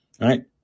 right